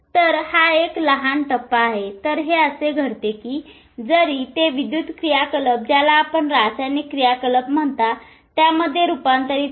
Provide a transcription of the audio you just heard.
तर हा एक लहान टप्पा आहे तर हे कसे घडते जरी ते विद्युत क्रियाकलाप ज्याला आपण रासायनिक क्रियाकलाप म्हणता त्यामध्ये रूपांतरित होते